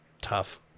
tough